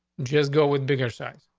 just go with bigger size.